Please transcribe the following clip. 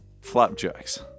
Flapjacks